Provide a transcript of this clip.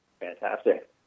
Fantastic